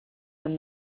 than